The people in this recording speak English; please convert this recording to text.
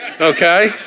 okay